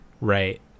Right